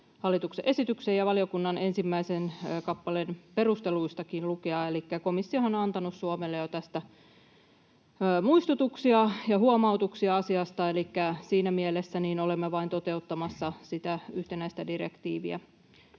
hallituksen esityksen ja valiokunnan ensimmäisen kappaleen perusteluistakin lukea — että komissiohan on jo antanut Suomelle muistutuksia ja huomautuksia tästä asiasta, elikkä siinä mielessä olemme vain toteuttamassa sitä yhtenäistä direktiiviä